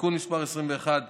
תיקון מס' 21,